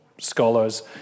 scholars